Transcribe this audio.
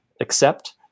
accept